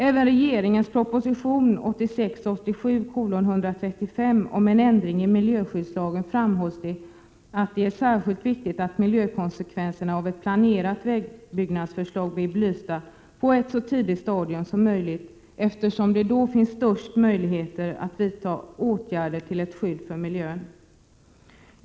Även i regeringens proposition 1986/87:135 om ändring i miljöskyddslagen framhålls att det är särskilt viktigt att miljökonsekvenserna av ett planerat vägbyggnadsförslag blir belysta på ett så tidigt stadium som möjligt, eftersom förutsättningarna att vidta effektiva åtgärder till skydd för miljön då är störst.